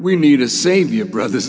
we need to save your brothers